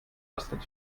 astrid